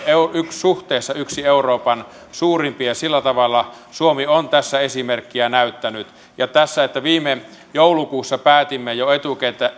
suhteessa yksi euroopan suurimpia sillä tavalla suomi on tässä esimerkkiä näyttänyt viime joulukuussa päätimme jo etukäteen